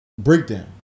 Breakdown